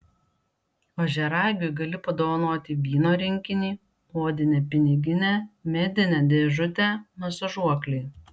ožiaragiui gali padovanoti vyno rinkinį odinę piniginę medinę dėžutę masažuoklį